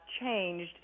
changed